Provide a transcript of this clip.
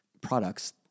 products